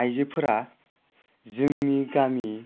आइजोफोरा जोंनि गामि